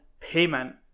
payment